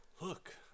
look